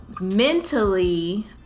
mentally